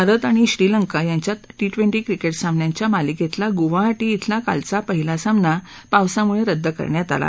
भारत आणि श्रीलंका यांच्यात T twenty cricket सामन्यांच्या मालिकेतला गुवाहाटी श्रीला कालचा पहिला सामना पावसामुळे रद्द करण्यात आला